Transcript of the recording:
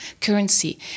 currency